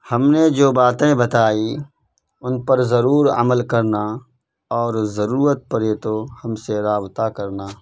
ہم نے جو باتیں بتائیں ان پر ضرور عمل کرنا اور ضرورت پرے تو ہم سے رابطہ کرنا